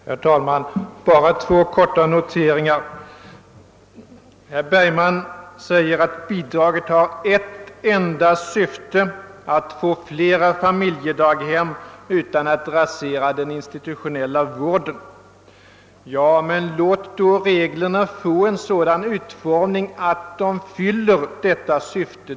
Herr talman! Jag vill bara göra två korta anmärkningar. Herr Bergman säger att bidraget har ett enda syfte: att få flera familjedaghem utan att rasera den institutionella vården. Men låt då reglerna få en sådan utformning att de. fyller detta syfte!